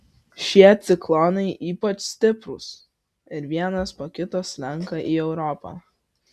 šie ciklonai ypač stiprūs ir vienas po kito slenka į europą